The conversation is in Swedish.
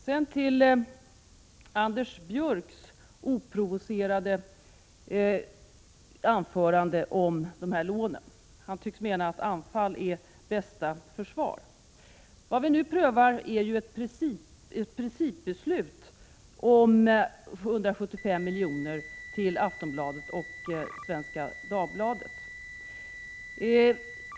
Sedan till Anders Björcks oprovocerade anförande om de här lånen. Han tycks mena att anfall är bästa försvar. Vad vi nu prövar är ju ett principbeslut om 175 milj.kr. till Aftonbladet och Svenska Dagbladet.